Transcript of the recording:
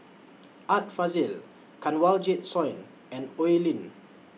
Art Fazil Kanwaljit Soin and Oi Lin